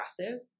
aggressive